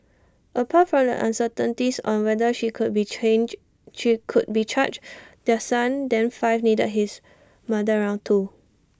apart from the uncertainties on whether she could be changed she would be charged their son then five needed his mother around too